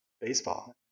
baseball